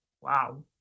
wow